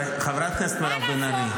מה לעשות?